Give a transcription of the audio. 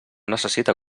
necessita